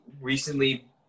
recently